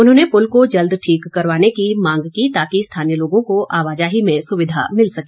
उन्होंने पुल को जल्द ठीक करवाने की मांग की ताकि स्थानीय लोगों को आवाजाही में सुविधा मिल सके